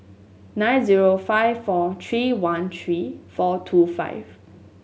nine zero five four three one three four two five